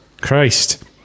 Christ